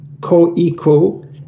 co-equal